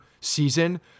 season